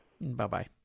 Bye-bye